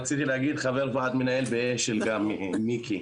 רציתי להגיד חבר ועד המנהל בהשל גם, מיקי.